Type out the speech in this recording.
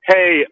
Hey